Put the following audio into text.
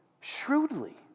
shrewdly